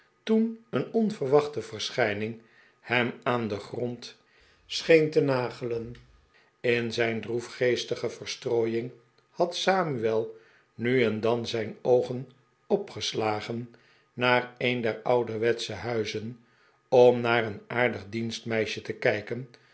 toen een onverwachte verschijning hem aan den grond scheen te nagelen in zijn droefgeestige verstrooiing had samuel nu en dan zijn oogen opgeslagen naar een der ouderwetsche huizen om naar een aardig dienstmeisje te kijken